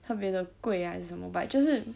特别的贵啊还是什么 but 就是